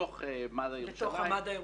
בתוך מד"א ירושלים,